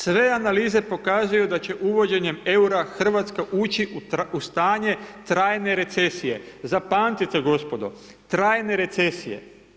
Sve analize pokazuju da će uvođenjem eura Hrvatska ući u stanje trajne recesije, zapamtite gospodo, trajne recesije.